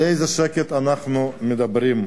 על איזה שקט אנחנו מדברים,